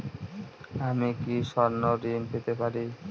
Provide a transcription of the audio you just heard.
আমি কি স্বর্ণ ঋণ পেতে পারি?